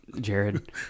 Jared